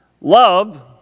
love